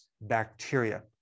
bacteria